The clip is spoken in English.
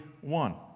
one